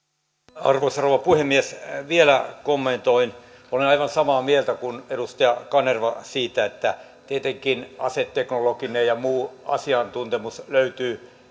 arvoisa rouva puhemies vielä kommentoin olen aivan samaa mieltä kuin edustaja kanerva siitä että tietenkin aseteknologinen ja muu asiantuntemus löytyy